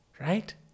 Right